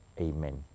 Amen